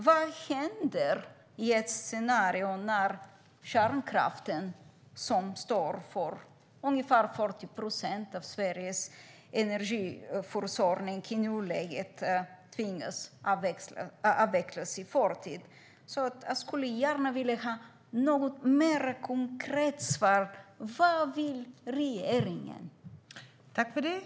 Vad händer när kärnkraften, som i nuläget står för ungefär 40 procent av Sveriges energiförsörjning, måste avvecklas i förtid? Jag skulle gärna få ett mer konkret svar. Vad vill regeringen?